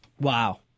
wow